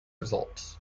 results